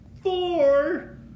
Four